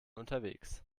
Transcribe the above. unterwegs